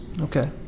Okay